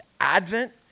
Advent